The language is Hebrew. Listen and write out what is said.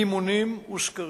מימונים וסקרים.